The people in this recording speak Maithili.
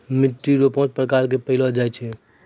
मिट्टी रो पाँच प्रकार रो पैलो जाय छै